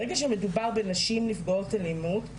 ברגע שמדובר בנשים נפגעות אלימות,